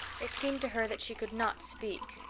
it seemed to her that she could not speak.